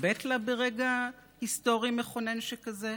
מתחבאת לה ברגע היסטורי מכונן שכזה?